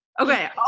Okay